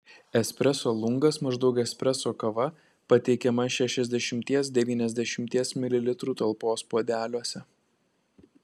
espreso lungas maždaug espreso kava pateikiama šešiasdešimties devyniasdešimties mililitrų talpos puodeliuose